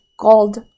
called